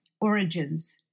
origins